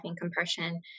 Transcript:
compression